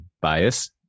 bias